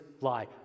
lie